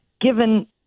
given